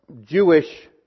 Jewish